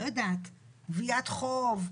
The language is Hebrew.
גביית חוב,